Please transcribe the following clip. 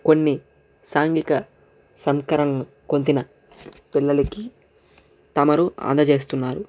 కొన్ని సాంఘిక సంస్కరణలు పొందిన పిల్లలకి తమరు అందజేస్తున్నారు